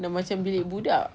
dah macam bilik budak